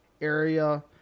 area